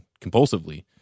compulsively